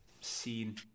seen